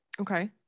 Okay